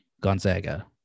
Gonzaga